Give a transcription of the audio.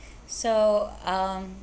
so um